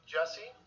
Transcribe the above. Jesse